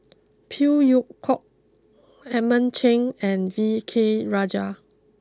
Phey Yew Kok Edmund Cheng and V K Rajah